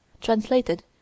translated